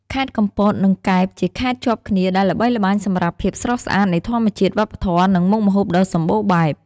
ខេត្តកំពត និងកែប ជាខេត្តជាប់គ្នាដែលល្បីល្បាញសម្រាប់ភាពស្រស់ស្អាតនៃធម្មជាតិ វប្បធម៌ និងមុខម្ហូបដ៏សម្បូរបែប។